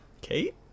Kate